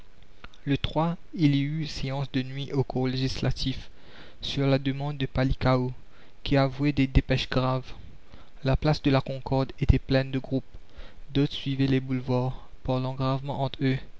e il y eut séance de nuit au corps législatif sur la demande de palikao qui avouait des dépêches graves la place de la concorde était pleine de groupes d'autres suivaient les boulevards parlant gravement entre eux